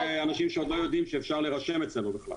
אנשים שעוד לא יודעים שאפשר להירשם אצלנו בכלל.